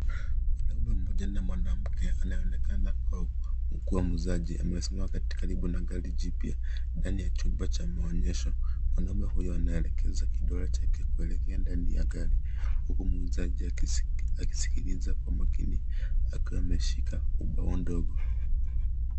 Mwanaume mmoja na mwanamke, anayeonekana kwa u, kuwa muuzaji, amesimama kati, karibu na gari jipya, ndani ya chumba cha maonyesho. Mwanaume huyo anaelekeza kidole chake kuelekea ndani ya gari, huku muuzaji akisi, akisikiliza kwa makini akiwa ameshika, ubao ndogo.